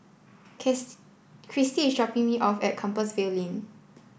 kiss Kristy is dropping me off at Compassvale Lane